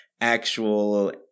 actual